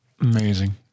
Amazing